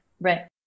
Right